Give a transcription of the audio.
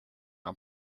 our